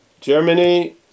Germany